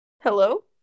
Hello